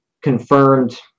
confirmed